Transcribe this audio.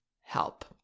help